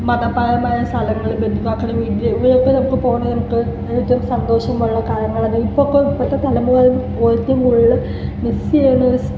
മതപരമായ സ്ഥലങ്ങൾ ബന്ധുക്കക്കടെ വീട് ഇവിടെയൊക്കെ പോകണത് എനിക്ക് ഏറ്റവും സന്തോഷമുള്ള കാര്യമാണ് ഇപ്പോഴൊക്കെ ഇപ്പോഴത്തെ തലമുറ ഏറ്റവും കൂടുതൽ മിസ്സ് ചെയ്യുന്നൊരു സ്